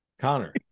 Connor